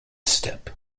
step